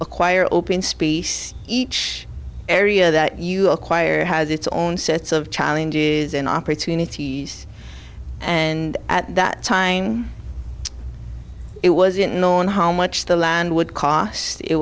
acquire open species each area that you acquire has its own sets of challenges and opportunities and at that time it wasn't known how much the land would cost i